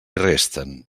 resten